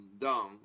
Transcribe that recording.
down